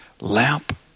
lamp